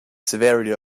severity